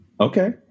okay